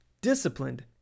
disciplined